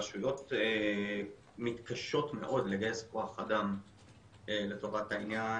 הרשויות מתקשות מאוד לגייס כוח אדם לטובת העניין,